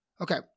Okay